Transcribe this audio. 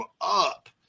up